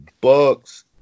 bucks